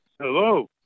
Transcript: Hello